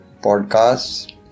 podcasts